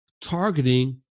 targeting